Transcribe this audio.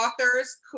authors